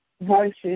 voices